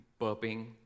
burping